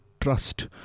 trust